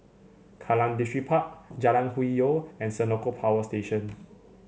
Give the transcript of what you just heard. Kallang Distripark Jalan Hwi Yoh and Senoko Power Station